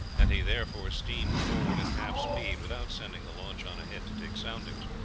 and he therefore steamed forward at half speed, without sending the launch on ahead to take soundings.